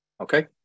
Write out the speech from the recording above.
Okay